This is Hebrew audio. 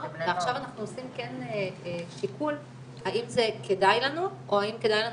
ועכשיו אנחנו עושים שיקול האם זה כדאי לנו או האם כדאי לנו